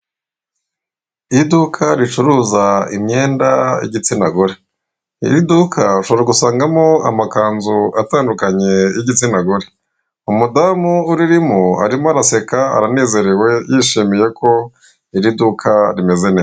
Iduka ricuruza imyenda y'igitsina gore, iri duka ushobora gusangamo amakanzu atandukanye y'igitsina gore. Umudamu uririmo arimo araseka, aranezerewe yishimiye ko iri duka rimeze neza.